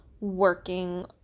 working